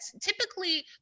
Typically